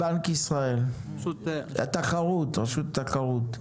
בנק ישראל, רשות התחרות.